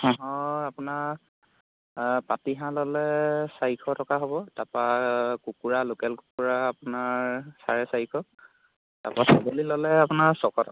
হাঁহৰ আপোনাৰ পাতিহাঁহ ল'লে চাৰিশ টকা হ'ব তাৰ পৰা কুকুৰা লোকেল কুকুৰা আপোনাৰ চাৰে চাৰিশ তাৰ পৰা ছাগলী ল'লে আপোনাৰ ছশ টকা